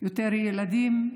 יותר ילדים,